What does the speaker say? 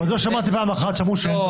עוד לא שמעתי פעם אחת שאמרו שאין תוספת.